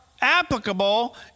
applicable